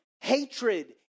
Hatred